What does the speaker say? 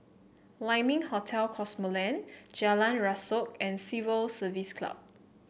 Lai Ming Hotel Cosmoland Jalan Rasok and Civil Service Club